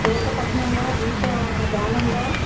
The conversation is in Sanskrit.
श्लोकपठनं वा गीतगानं वा